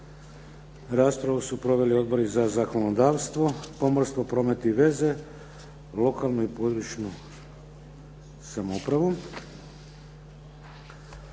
Raspravu su proveli Odbori za zakonodavstvo, pomorstvo, promet i veze, lokalnu i područnu samoupravu.